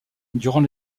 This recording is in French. durant